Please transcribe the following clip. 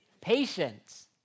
Patience